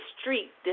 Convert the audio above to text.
street